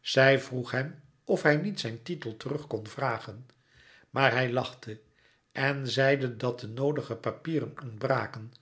zij vroeg hem of hij niet zijn titel terug kon vragen maar hij lachte en zeide dat de noodige papieren ontbraken